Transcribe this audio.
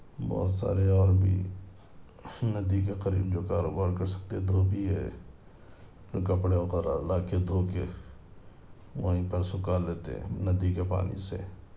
بہت سارے اور بھی ندی کے قریب جو کاروبار کر سکتے دھوبی ہے جو کپڑے وغیرہ لا کے دھو کے وہیں پر سُکھا لیتے ندی کے پانی سے